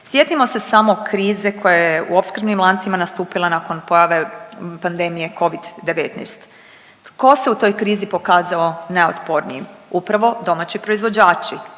Sjetimo se samo krize koja je u opskrbnim lancima nastupila nakon pojave pandemije covid-19, ko se u toj krizi pokazao najotpronijim? Upravo domaći proizvođači.